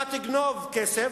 אתה תגנוב כסף,